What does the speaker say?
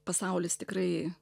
pasaulis tikrai